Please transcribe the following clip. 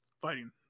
fighting